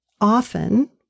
often